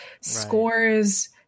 scores